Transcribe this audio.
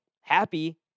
happy